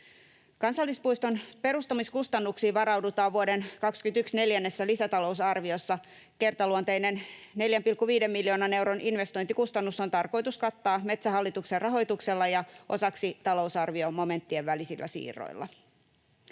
Kansallispuiston perustamiskustannuksiin varaudutaan vuoden 21 neljännessä lisätalousarviossa. Kertaluonteinen 4,5 miljoonan euron investointikustannus on tarkoitus kattaa Metsähallituksen rahoituksella ja osaksi talousarvion momenttien välisillä siirroilla.